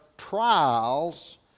trials